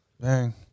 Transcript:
Bang